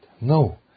No